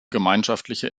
gemeinschaftliche